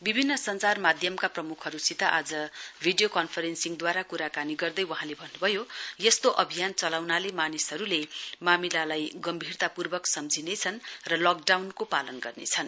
विभिन्न सञ्चार माध्यमका प्रमुखहरूसित आज भिडियो कन्फरेन्सिङद्वारा कुराकानी गर्दै बहाँले भन्नुभयो यस्तो अभियान चलाउनाले मानिसहरूले मामिलालाई गम्भीरतापूर्वक सम्झिनेछन् र लकडाउनको पालन गर्नेछन्